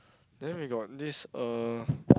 then we got this uh